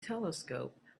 telescope